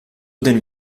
den